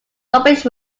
rubbish